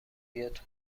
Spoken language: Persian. بیاد